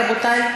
רבותי,